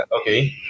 Okay